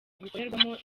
bikorerwamo